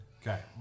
Okay